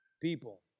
people